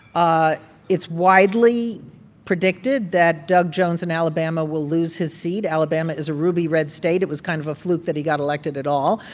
ah it's widely predicted that doug jones in alabama will lose his seat. alabama is a ruby red state. it was kind of a fluke that he got elected at all.